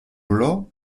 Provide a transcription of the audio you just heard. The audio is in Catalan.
olor